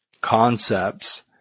concepts